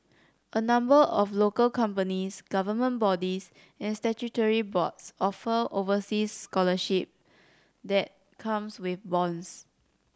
a number of local companies government bodies and statutory boards offer overseas scholarship that comes with bonds